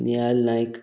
Niall Naik